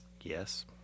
Yes